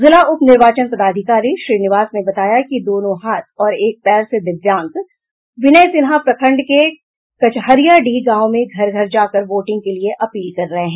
जिला उप निर्वाचन पदाधिकारी श्रीनिवास ने बताया कि दोनों हाथ और एक पैर से दिव्यांग विनय सिन्हा प्रखंड के कचहरियाडीह गांव में घर घर जाकर वोटिंग के लिए अपील कर रहे हैं